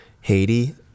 Haiti